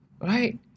right